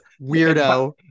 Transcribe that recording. weirdo